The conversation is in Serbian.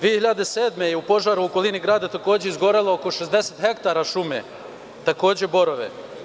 Godine 2007. je u požaru u okolini grada takođe izgorelo oko 60 hektara šume, takođe borove.